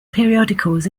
periodicals